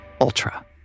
ultra